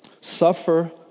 suffer